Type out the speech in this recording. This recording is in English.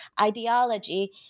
ideology